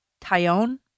Tyone